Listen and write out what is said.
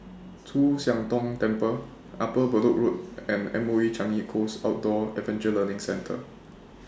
Chu Siang Tong Temple Upper Bedok Road and M O E Changi Coast Outdoor Adventure Learning Centre